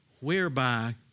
whereby